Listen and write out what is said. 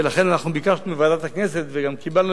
ולכן ביקשנו מוועדת הכנסת וגם קיבלנו